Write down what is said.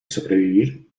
sobrevivir